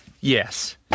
Yes